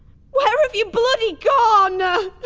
where've you bloody gone?